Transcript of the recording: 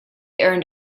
earned